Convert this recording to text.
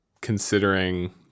considering